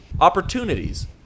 Opportunities